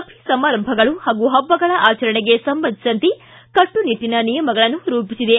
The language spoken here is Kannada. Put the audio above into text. ಸಭೆ ಸಮಾರಂಭಗಳು ಹಾಗೂ ಹಬ್ಬಗಳ ಆಚರಣೆಗೆ ಸಂಬಂಧಿಸಿದಂತೆ ಕಟ್ಟುನಿಟ್ಟನ ನಿಯಮಗಳನ್ನು ರೂಪಿಸಿದೆ